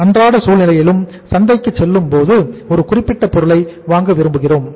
அன்றாட சூழ்நிலையிலும் சந்தைக்கு செல்லும் போது ஒரு குறிப்பிட்ட பொருளை வாங்க விரும்புகிறோம்